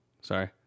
Sorry